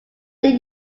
did